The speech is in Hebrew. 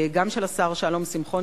גם של השר שלום שמחון,